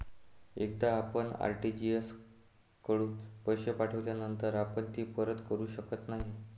एकदा आपण आर.टी.जी.एस कडून पैसे पाठविल्यानंतर आपण ते परत करू शकत नाही